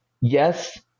yes